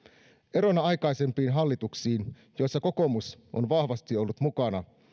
erona aikaisempiin hallituksiin joissa kokoomus on vahvasti ollut mukana